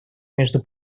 между